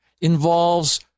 involves